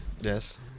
yes